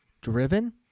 driven